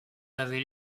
avait